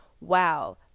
wow